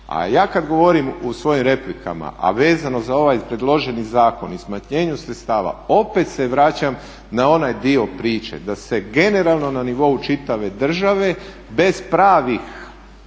A ja kad govorim u svojim replikama, a vezano za ovaj predloženi zakon i smanjenju sredstava opet se vraćam na onaj dio priče da se generalno na nivou čitave države bez pravih